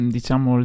Diciamo